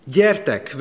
Gyertek